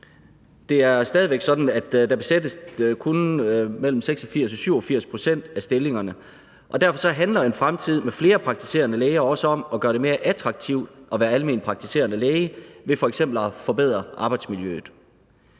det er stadig væk sådan, at der kun besættes mellem 86 og 87 pct. af stillingerne. Derfor handler en fremtid med flere praktiserende læger også om at gøre det mere attraktivt at være alment praktiserende læge ved f.eks. at forbedre arbejdsmiljøet.